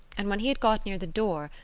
and when he had got near the door,